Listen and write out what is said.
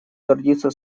гордиться